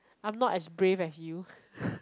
I'm not as brave as you